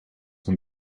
een